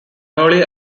early